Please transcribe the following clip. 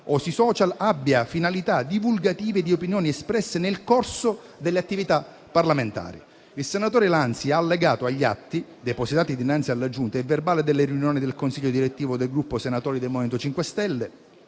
o sui *social* abbia finalità divulgative di opinioni espresse nel corso delle attività parlamentari. Il senatore Lanzi ha allegato agli atti depositati dinanzi alla Giunta il verbale della riunione del consiglio direttivo del Gruppo senatori del MoVimento 5 Stelle,